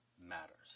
matters